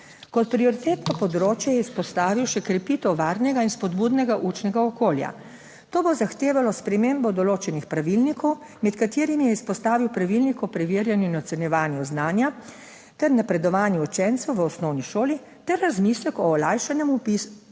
Kot prioritetno področje je izpostavil še krepitev varnega in spodbudnega učnega okolja. To bo zahtevalo spremembo določenih pravilnikov, med katerimi je izpostavil Pravilnik o preverjanju in ocenjevanju znanja ter napredovanju učencev v osnovni šoli ter razmislek o olajšanem vpis